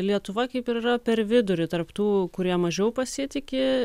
lietuva kaip ir yra per vidurį tarp tų kurie mažiau pasitiki